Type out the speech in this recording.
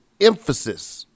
emphasis